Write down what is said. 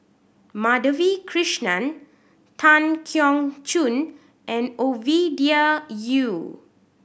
Madhavi Krishnan Tan Keong Choon and Ovidia Yu